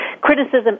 criticism